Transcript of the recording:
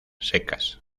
secas